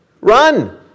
run